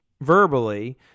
verbally